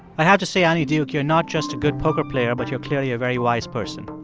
i have to say, annie duke, you're not just a good poker player, but you're clearly a very wise person